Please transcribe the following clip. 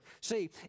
See